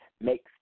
makes